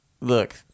look